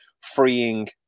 freeing